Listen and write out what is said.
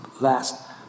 last